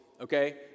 okay